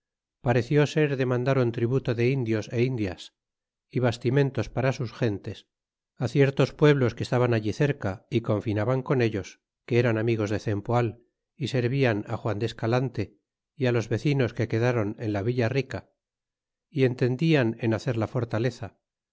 pareció ser demandaron tributo de indios é indias y bastimentos para sus gentes ciertos pueblos que estaban allí cerca y confinaban con ellos que eran amigos de cernpoal y servian juan de escalante y los vecinos que quedaron en la villa rica y entendian en hacer la fortaleza